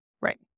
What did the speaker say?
Right